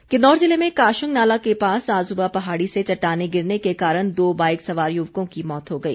दुर्घटना किन्नौर ज़िले में काशंग नाला के पास आज सुबह पहाड़ी से चट्टानें गिरने के कारण दो बाइक सवार युवकों की मौत हो गई